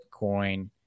bitcoin